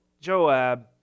Joab